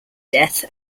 death